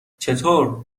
چطور